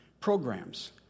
programs